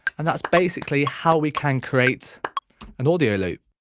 and that's basically how we can create an audio loop.